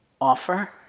offer